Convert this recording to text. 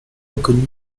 reconnue